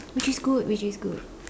which is good which is good